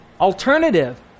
alternative